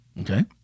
Okay